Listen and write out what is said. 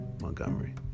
montgomery